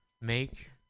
make